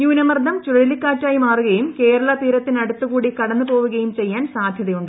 ന്യൂനമർദം ചുഴലിക്കാറ്റായി മാറുകയും കേരള തീരത്തിനടുത്ത് കൂടി കടന്ന് പോവുകയും ചെയ്യാൻ സാധ്യതയുണ്ട്